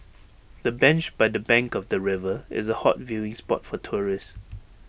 the bench by the bank of the river is A hot viewing spot for tourists